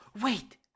Wait